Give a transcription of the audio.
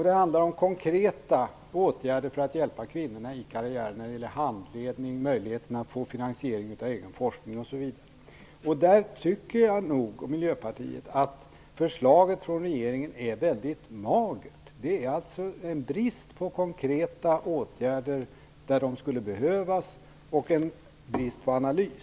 Det handlar om konkreta åtgärder för att hjälpa kvinnorna i karriären när det gäller handledning, möjlighet till finansiering av egen forskning, osv. Där tycker jag och Miljöpartiet att förslaget från regeringen är väldigt magert. Det är en brist på konkreta åtgärder där de skulle behövas och en brist på analys.